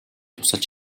тусалж